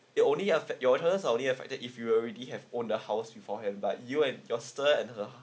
it'll only affect your attendance are only affected if you already have own the house beforehand but you and your sister and her